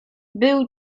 był